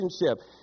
relationship